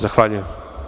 Zahvaljujem.